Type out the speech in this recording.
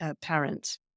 parents